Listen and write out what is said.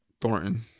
Thornton